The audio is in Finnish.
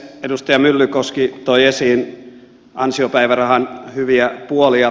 edustaja myllykoski toi esiin ansiopäivärahan hyviä puolia